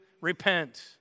repent